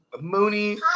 Mooney